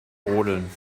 rodeln